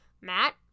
Matt